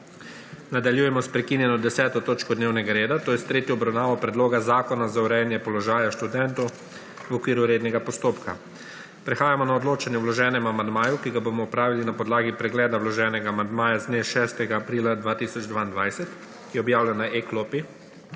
Nadaljujemo sprekinjeno 10. točko dnevnega reda – s tretjo obravnavo Predloga zakona za urejanje položaja študentov v okviru rednega postopka. Prehajamo na odločanje o vloženem amandmaju, ki ga bomo opravili na podlagi pregleda vloženega amandmaja z dne 6. aprila 2022, ki je objavljen na e-klopi.